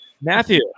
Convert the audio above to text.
Matthew